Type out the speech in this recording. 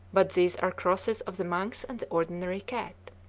but these are crosses of the manx and the ordinary cat.